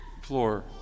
floor